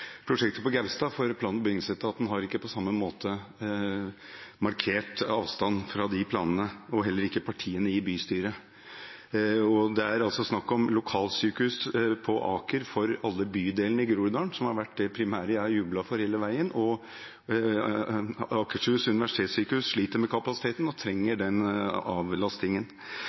prosjektet på Gaustad. Plan- og bygningsetaten har ikke på samme måte markert avstand til de planene, heller ikke partiene i bystyret. Det er altså snakk om lokalsykehus på Aker for alle bydelene i Groruddalen – det har vært det primære jeg har jublet for hele veien. Akershus universitetssykehus sliter med kapasiteten og trenger